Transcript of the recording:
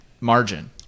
margin